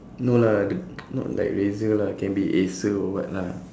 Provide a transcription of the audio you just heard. no lah not like razer lah can be acer or what lah